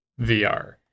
vr